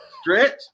stretch